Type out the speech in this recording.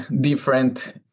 different